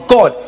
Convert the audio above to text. God